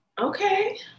Okay